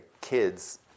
kids